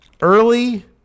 early